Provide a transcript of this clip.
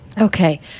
Okay